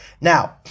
Now